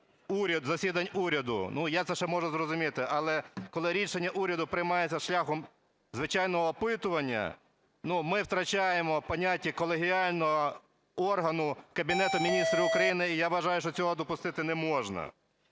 засідань уряду, я це ще можу зрозуміти. Але коли рішення уряду приймається шляхом звичайного опитування, ми втрачаємо поняття колегіального органу Кабінету Міністрів України. І я вважаю, що цього допустити не можна.